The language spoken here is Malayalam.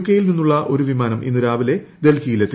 കെയിൽ നിന്നുള്ള ഒരു വിമാനം ഇന്ന് രാവിലെ ഡൽഹിയിൽ എത്തി